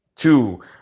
Two